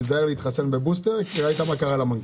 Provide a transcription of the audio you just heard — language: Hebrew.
תיזהר להתחסן בבוסטר כי ראית מה קרה למנכ"ל.